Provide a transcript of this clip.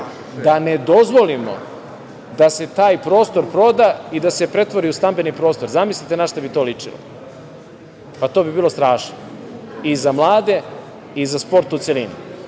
da ne dozvolimo da se taj prostor proda i da se pretvori u stambeni prostor. Zamislite na šta bi to ličilo? To bi bilo strašno i za mlade i za sport u celini. Da